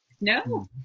No